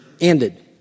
Ended